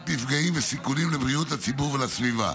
מפגעים וסיכונים לבריאות הציבור ולסביבה.